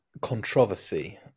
controversy